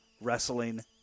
wrestling